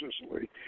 Sicily